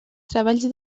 treballs